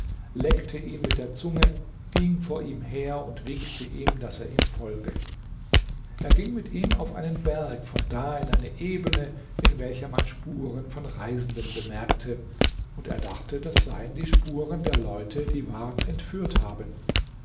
leckte ihn mit der zunge ging vor ihm her und winkte ihm daß er ihm folge er ging mit ihm auf einen berg von da in eine ebene in welcher man spuren von reisenden bemerkte und er dachte das seien die spuren der leute die ward entführt haben